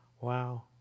Wow